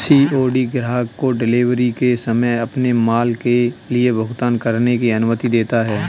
COD ग्राहक को delivery के समय अपने माल के लिए भुगतान करने की अनुमति देता है